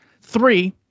Three